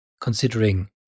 considering